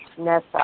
Nessa